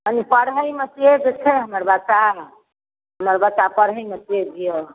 कहलहुँ पढ़ैमे तेज छै हमर बच्चा हमर बच्चा पढ़ैमे तेज अइ